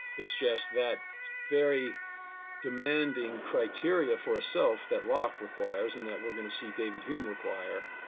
it's just that very demanding criteria for a self that locke requires and that we're going to see david hume require,